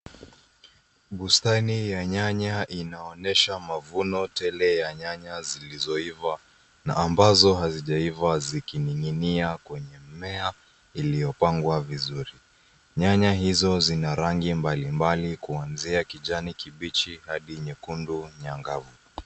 Bustani ya nyanya inaonyesha mavuno tele ya nyanya zilizoiva na ambazo hazijaiva zikining'ina kwenye mmea iliyopangwa vizuri. Nyanya hizo zina rangi mbalimbali kuanzia kijani kibichi hadi nyekundu angavu.